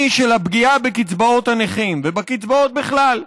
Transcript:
של הפגיעה בקצבאות הנכים ובקצבאות בכלל.